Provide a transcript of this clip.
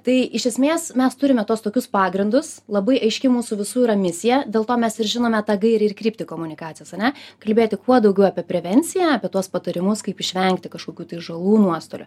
tai iš esmės mes turime tuos tokius pagrindus labai aiški mūsų visų yra misija dėl to mes ir žinome tą gairę ir kryptį komunikacijos ane kalbėti kuo daugiau apie prevenciją apie tuos patarimus kaip išvengti kažkokių tai žalų nuostolių